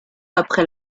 après